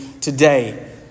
today